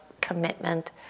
commitment